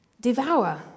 Devour